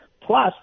Plus